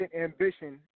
ambition